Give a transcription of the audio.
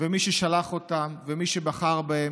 ומי ששלח אותם ומי שבחר בהם,